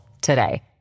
today